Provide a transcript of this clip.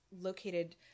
located